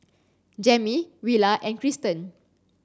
Jammie Willa and Cristen